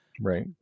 Right